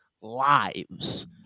lives